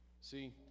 See